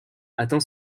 atteint